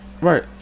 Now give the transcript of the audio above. Right